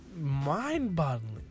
Mind-boggling